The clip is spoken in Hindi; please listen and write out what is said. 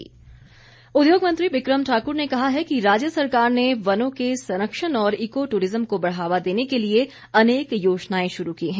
बिक्रम ठाक्र उद्योग मंत्री बिक्रम ठाक्र ने कहा है कि राज्य सरकार ने वनों के संरक्षण और इको टूरिज्म को बढ़ावा देने के लिए अनेक योजनाएं शुरू की है